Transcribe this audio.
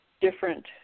different